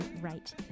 right